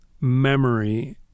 memory